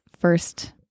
first